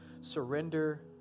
Surrender